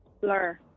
Blur